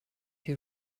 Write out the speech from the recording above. you